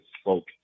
spoke